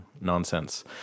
nonsense